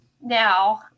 Now